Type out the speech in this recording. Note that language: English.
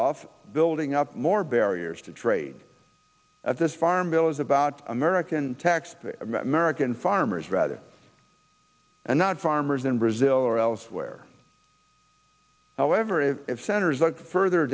off building up more barriers to trade at this farm bill is about american taxpayers american farmers rather and not farmers in brazil or elsewhere however if senators look further